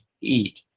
eat